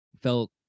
felt